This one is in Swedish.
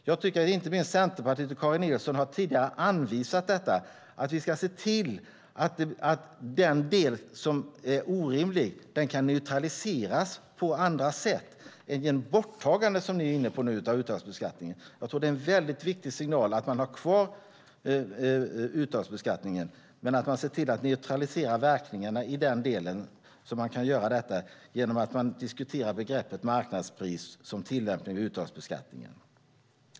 Jag tycker att inte minst Centerpartiet och Karin Nilsson tidigare har anvisat detta: Vi ska se till att den del som är orimlig kan neutraliseras på andra sätt. Nu är ni inne på ett borttagande av uttagsbeskattningen. Jag tror att det är en viktig signal att man har kvar den men att man ser till att neutralisera verkningarna i den del som man kan göra detta i genom att diskutera begreppet marknadspris som tillämpning av uttagsbeskattningen.